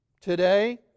Today